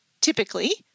typically